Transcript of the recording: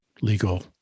legal